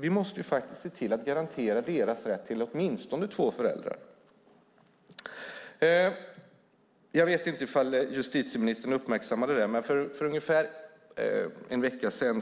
Vi måste se till att garantera dessa barns rätt till åtminstone två föräldrar. Jag vet inte om justitieministern uppmärksammade det, men för ungefär en vecka sedan